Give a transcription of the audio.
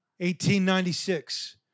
1896